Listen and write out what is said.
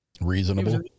reasonable